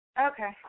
Okay